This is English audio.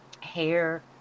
hair